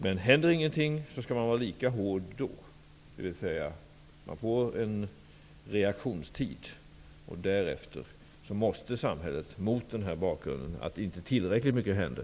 Men händer ingenting skall man vara hård, dvs. man ger en reaktionstid, och därefter måste samhället kunna gå in med förbud om inte tillräckligt mycket händer.